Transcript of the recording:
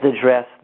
address